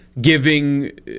Giving